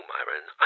Myron